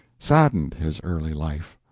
saddened his early life.